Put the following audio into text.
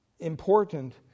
important